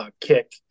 kick